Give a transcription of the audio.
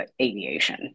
aviation